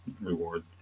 reward